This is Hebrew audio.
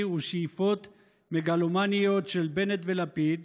ושאיפות מגלומניות של בנט ולפיד,